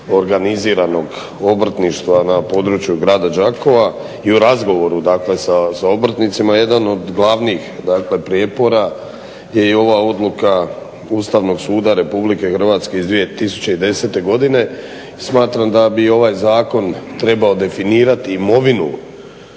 organiziranog obrtništva na području Grada Đakova i u razgovoru dakle sa obrtnicima jedan od glavnih prijepora je i ova odluka Ustavnog suda Republike Hrvatske iz 2010. godine, smatram da bi ovaj zakon trebao definirati imovinu